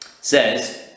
says